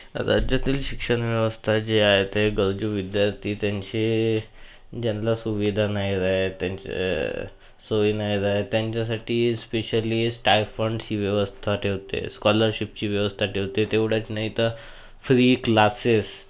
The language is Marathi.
राज्यातील शिक्षणव्यवस्था जे आहे ते गरजू विद्यार्थी त्यांचे ज्यांला सुविधा नाही रहात त्यांची सोय नाही रहात त्यांच्यासाठी स्पेशली स्टायफंडची व्यवस्था ठेवते स्कॉलरशिपची व्यवस्था ठेवते तेवढंच नाही तर फ्री क्लासेस